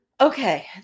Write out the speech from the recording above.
Okay